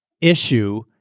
issue